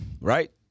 Right